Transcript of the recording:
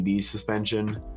suspension